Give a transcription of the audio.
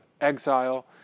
exile